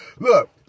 Look